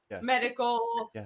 medical